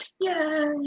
Yay